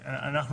שאנחנו,